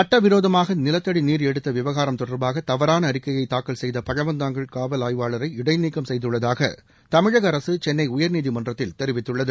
சட்ட விரோதமாக நிலத்தடி நீர் எடுத்த விவகாரம் தொடர்பாக தவறான அறிக்கையை தாக்கல் செய்த பழவந்தாங்கல் காவல் ஆய்வாளரை இடைநீக்கம் செய்துள்ளதாக தமிழக அரக சென்னை உயர்நீதிமன்றத்தில் தெரிவித்துள்ளது